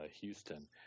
Houston